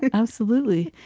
absolutely.